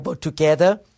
together